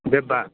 ଦେବା